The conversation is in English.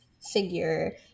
figure